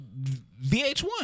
VH1